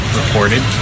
reported